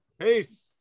peace